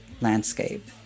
landscape